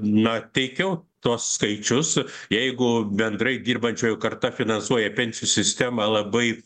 na teikiau tuos skaičius jeigu bendrai dirbančiųjų karta finansuoja pensijų sistemą labai